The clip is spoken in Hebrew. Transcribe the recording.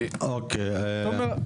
תומר,